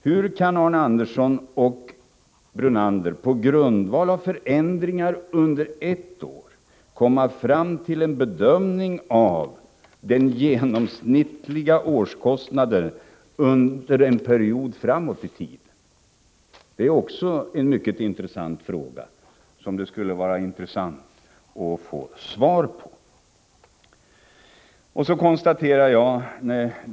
Hur kan Arne Andersson och Lennart Brunander på grundval av förändringar under ett år komma fram till en bedömning av den genomsnittliga årskostnaden under en period framåt i tiden? Det är också en fråga, som det skulle vara intressant att få svar på.